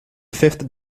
fifth